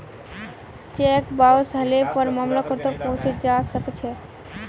cheque bounce हले पर मामला कोर्ट तक पहुंचे जबा सकछे